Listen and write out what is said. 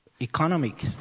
economic